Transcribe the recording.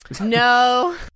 no